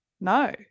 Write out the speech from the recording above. no